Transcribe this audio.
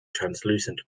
translucent